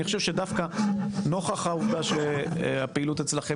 אני חושב שדווקא נוכח העובדה שהפעילות אצלכם